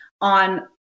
on